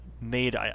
made